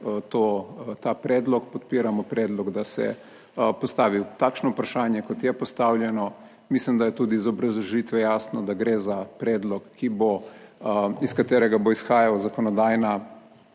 ta predlog, podpiramo predlog, da se postavi takšno vprašanje kot je postavljeno. Mislim, da je tudi iz obrazložitve jasno, da gre za predlog, ki bo iz katerega bo izhajala zakonodajna